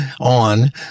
on